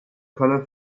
colour